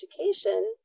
education